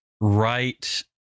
right